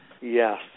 Yes